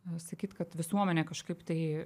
sakyt kad visuomenė kažkaip tai